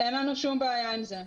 אין לנו שום בעיה עם זה.